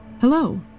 Hello